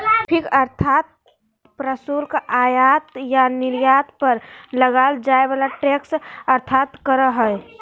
tariff अर्थात् प्रशुल्क आयात या निर्यात पर लगाल जाय वला टैक्स अर्थात् कर हइ